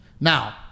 Now